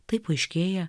taip paaiškėja